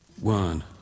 One